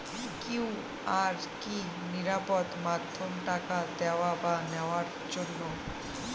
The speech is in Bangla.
কিউ.আর কি নিরাপদ মাধ্যম টাকা দেওয়া বা নেওয়ার জন্য?